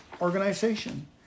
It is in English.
organization